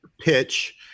pitch